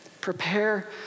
Prepare